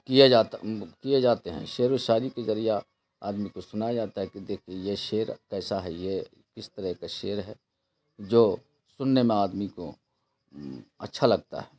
کیا جاتا کیے جاتے ہیں شعر و شاعری کے ذریعہ آدمی کو سنایا جاتا ہے کہ دیکھیے یہ شعر کیسا ہے یہ کس طرح کا شعر ہے جو سننے میں آدمی کو اچھا لگتا ہے